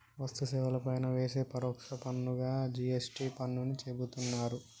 వస్తు సేవల పైన వేసే పరోక్ష పన్నుగా జి.ఎస్.టి పన్నుని చెబుతున్నరు